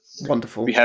Wonderful